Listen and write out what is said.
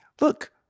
Look